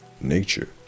nature